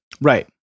Right